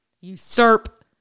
usurp